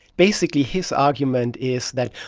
basically his argument is that,